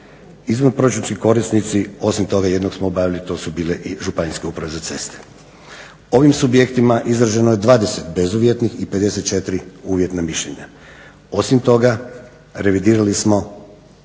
korisnici osim toga jednog smo obavili to su bile i Županijske uprave za ceste. Ovim subjektima izraženo je 20 bezuvjetnih i 54 uvjetna mišljenja. Osim toga revidirali smo